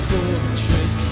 Fortress